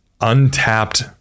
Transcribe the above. untapped